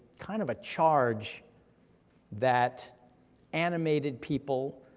kind of a charge that animated people,